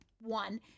one